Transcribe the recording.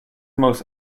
most